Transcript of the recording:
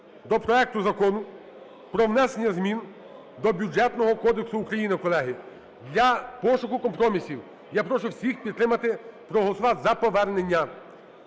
до проекту Закону про внесення змін до Бюджетного кодексу України, колеги, для пошуку компромісів. Я прошу всіх підтримати, проголосувати за повернення,